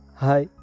hi